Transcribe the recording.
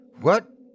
What